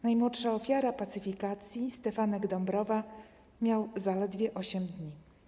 Najmłodsza ofiara pacyfikacji Stefanek Dąbrowa miał zaledwie 8 dni.